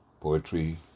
Poetry